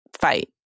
fight